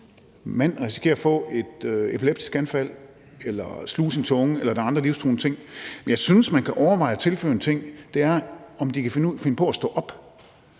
mand risikerer at få et epileptisk anfald eller sluge sin tunge, eller der er andre livstruende ting. Jeg synes, at man kan overveje at tilføje en ting, og det er det med, om